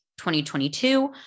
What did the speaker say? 2022